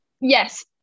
Yes